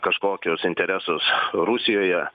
kažkokius interesus rusijoje